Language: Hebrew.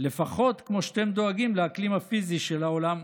לפחות כמו שאתם דואגים לאקלים הפיזי של העולם.